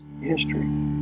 history